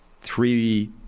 three